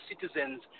citizens